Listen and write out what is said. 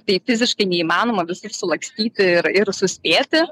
tai fiziškai neįmanoma visur sulakstyti ir ir suspėti